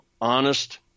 honest